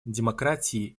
демократии